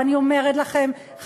ואני אומרת לכם,